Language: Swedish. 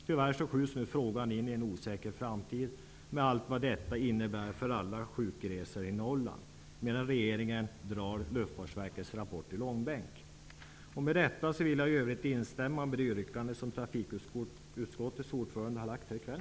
Tyvärr skjuts nu frågan in i en osäker framtid, med allt vad detta innebär för alla sjukresor i Norrland, medan regeringen drar Luftfartsverkets rapport i långbänk. Med detta vill jag instämma i det yrkande som trafikutskottets ordförande framfört tidigare i kväll.